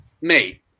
mate